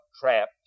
trapped